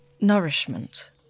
nourishment